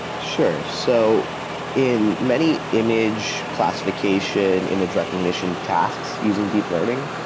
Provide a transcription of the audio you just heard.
sure. so in many image classification, image recognition tasks using deep learning,